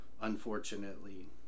Unfortunately